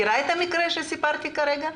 את מכירה את המקרה שעליו סיפרתי לפני רגע?